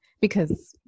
because-